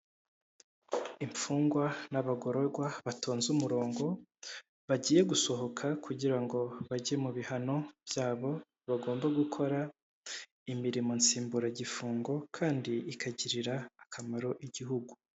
Imfungwa n'abagororwa batonze umurongo, bagiye gusohoka kugira ngo bajye mu bihano byabo bagomba gukora imirimo nsimburagifungo kandi ikagirira akamaro igihugu.